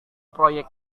proyek